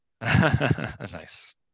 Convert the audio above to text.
Nice